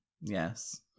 Yes